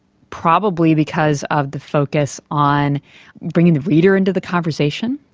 probably because of the focus on bringing the reader into the conversation,